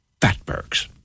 fatbergs